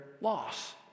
loss